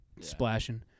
Splashing